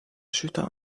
süda